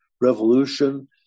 revolution